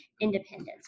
independence